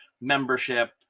membership